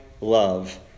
love